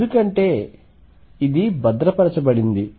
ఎందుకంటే ఇది భద్రపరచబడింది